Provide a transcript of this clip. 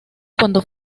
cuando